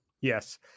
Yes